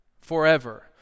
forever